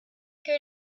good